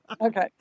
Okay